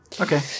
Okay